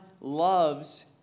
loves